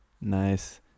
Nice